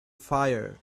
fire